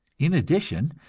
in addition,